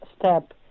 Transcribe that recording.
step